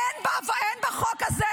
אין בחוק הזה